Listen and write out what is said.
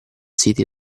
siti